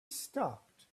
stopped